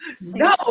no